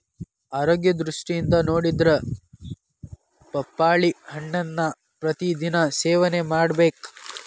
ಆರೋಗ್ಯ ದೃಷ್ಟಿಯಿಂದ ನೊಡಿದ್ರ ಪಪ್ಪಾಳಿ ಹಣ್ಣನ್ನಾ ಪ್ರತಿ ದಿನಾ ಸೇವನೆ ಮಾಡಬೇಕ